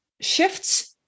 shifts